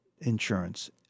insurance